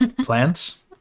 Plants